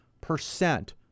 percent